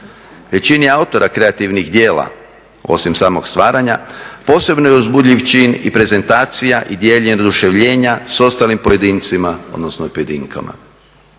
Većini autora kreativnih djela osim samog stvaranja posebno je uzbudljiv čin i prezentacija i dijeljenje oduševljenja s ostalim pojedincima, odnosno i pojedinkama.